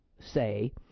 say